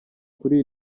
kuri